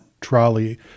trolley